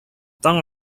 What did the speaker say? таң